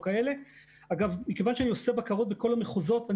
מכיוון שאני עושה בקרה בכל המחוזות,